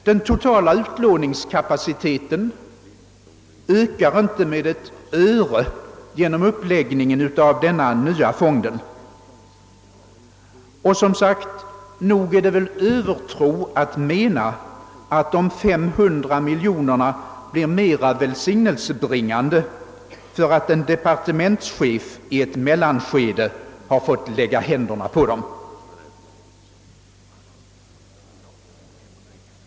Den totala utlåningskapaciteten ökar inte med ett öre genom uppläggningen av denna nya fond. Och som sagt: nog är det väl övertro att mena, att de 500 miljonerna blir mera välsignelsebringande för att en departe mentschef i ett mellanskede har fått lägga händerna på dem.